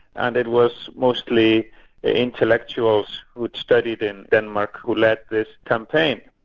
and it was mostly intellectuals who'd studied in denmark who led this campaign.